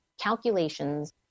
calculations